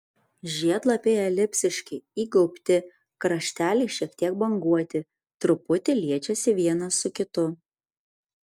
žiedlapiai elipsiški įgaubti krašteliai šiek tiek banguoti truputį liečiasi vienas su kitu